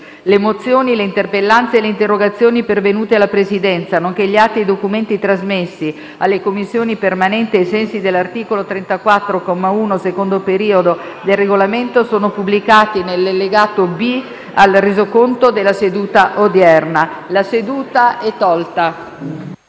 Le mozioni, le interpellanze e le interrogazioni pervenute alla Presidenza, nonché gli atti e i documenti trasmessi alle Commissioni permanenti ai sensi dell'articolo 34, comma 1, secondo periodo, del Regolamento sono pubblicati nell'allegato B al Resoconto della seduta odierna. **Ordine del